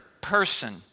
person